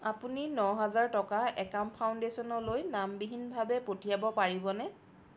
আপুনি ন হাজাৰ টকা একাম ফাউণ্ডেশ্যনলৈ নামবিহীনভাৱে পঠিয়াব পাৰিবনে